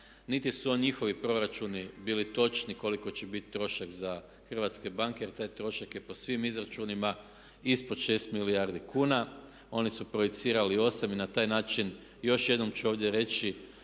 niti su njihovi proračuni bili točni koliko će biti trošak za hrvatske banke jer taj trošak je po svim izračunima ispod 6 milijardi kuna. Oni su projicirali 8 i na taj način još jednom ću ovdje reći